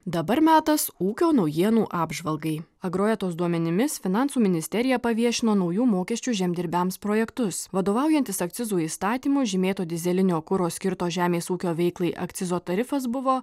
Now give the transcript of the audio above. dabar metas ūkio naujienų apžvalgai agroetos duomenimis finansų ministerija paviešino naujų mokesčių žemdirbiams projektus vadovaujantis akcizų įstatymu žymėto dyzelinio kuro skirto žemės ūkio veiklai akcizo tarifas buvo